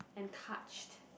and touched